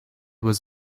was